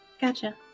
Gotcha